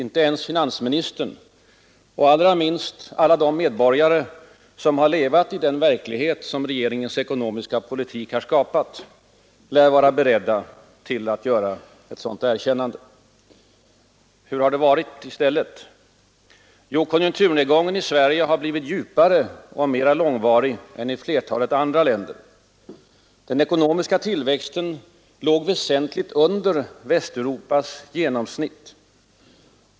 Inte ens finansministern — och allra minst alla de medborgare som har levat i den verklighet som regeringens ekonomiska politik har skapat — torde vara redo att göra ett sådant erkännande. Hur har det varit i stället? Jo, konjunkturnedgången i Sverige har blivit djupare och mera långvarig än i flertalet andra länder. Den ekonomiska tillväxten låg väsentligt under Västeuropas genomsnitt.